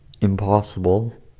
impossible